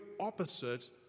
opposite